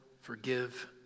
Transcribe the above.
forgive